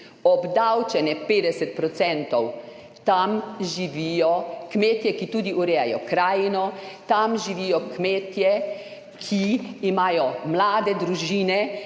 obdavčene 50 %. Tam živijo kmetje, ki tudi urejajo krajino, tam živijo kmetje, ki imajo mlade družine,